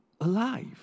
alive